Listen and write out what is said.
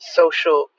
social